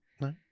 no